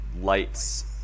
lights